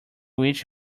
which